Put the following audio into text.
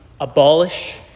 abolish